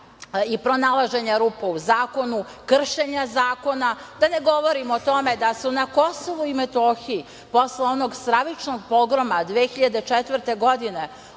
i pronalaženje rupa u zakonu, kršenja zakona, da ne govorim o tome da su na Kosovu i Metohiji, posle onog stravičnog pogroma 2004. godine,